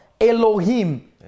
Elohim